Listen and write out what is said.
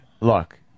Look